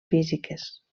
físiques